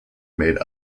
made